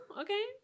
Okay